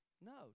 no